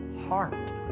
heart